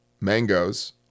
mangoes